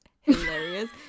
hilarious